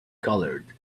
colored